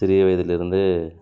சிறிய வயதிலிருந்து